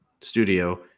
studio